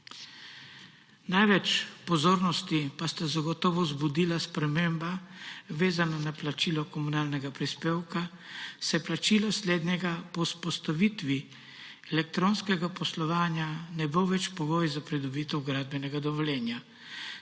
Največ pozornosti pa sta zagotovo vzbudila sprememba, vezana na plačilo komunalnega prispevka, saj plačilo slednjega po vzpostavitvi elektronskega poslovanja ne bo več pogoj za pridobitev gradbenega dovoljenja,